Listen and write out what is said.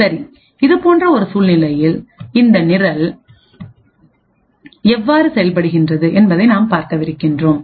சரி இதுபோன்ற ஒரு சூழ்நிலையில் இந்த நிரல் எவ்வாறு செயல்படுகிறது என்பதனை நாம் பார்க்கவிருக்கிறோம்